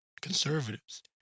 conservatives